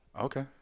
Okay